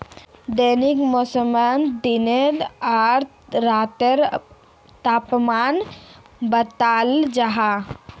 दैनिक मौसमोत दिन आर रातेर तापमानो बताल जाहा